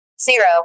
zero